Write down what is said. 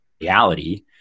reality